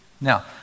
Now